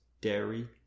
dairy